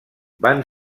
van